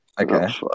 Okay